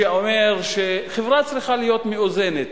שחברה צריכה להיות מאוזנת,